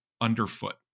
underfoot